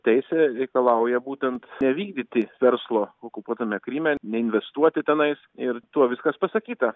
teisė reikalauja būtent nevykdyti verslo okupuotame kryme neinvestuoti tenais ir tuo viskas pasakyta